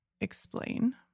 Explain